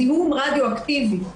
זיהום רדיו אקטיבי.